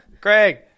Craig